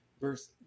verse